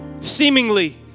seemingly